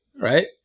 right